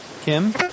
Kim